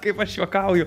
kaip aš juokauju